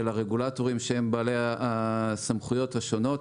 הרגולטורים שהם בעלי הסמכויות השונות,